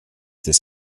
this